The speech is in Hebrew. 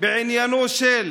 בעניינו של